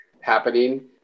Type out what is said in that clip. happening